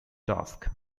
task